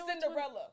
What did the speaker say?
Cinderella